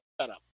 setup